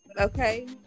Okay